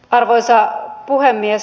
arvoisa puhemies